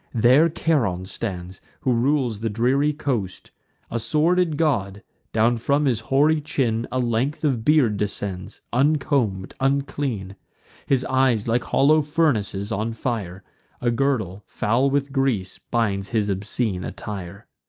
there charon stands, who rules the dreary coast a sordid god down from his hoary chin a length of beard descends, uncomb'd, unclean his eyes, like hollow furnaces on fire a girdle, foul with grease, binds his obscene attire.